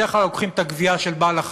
בדרך כלל לוקחים את הגווייה של בעל-החיים,